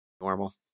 normal